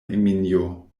eminjo